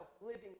living